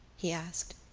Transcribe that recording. he asked.